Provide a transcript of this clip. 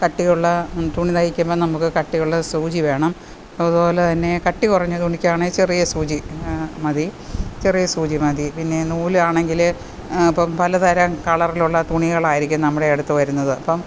കട്ടി ഉള്ള തുണി തയ്ക്കുമ്പം നമുക്ക് കട്ടി ഉള്ള സൂചി വേണം അതുപോലെ തന്നെ കട്ടി കുറഞ്ഞ തുണിക്കാണേ ചെറിയ സൂചി മതി ചെറിയ സൂചി മതി പിന്നെ നൂലാണെങ്കിൽ ഇപ്പം പല തരം കളറിലുള്ള തുണികളായിരിക്കും നമ്മുടെ അടുത്ത് വരുന്നത് അപ്പം